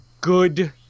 good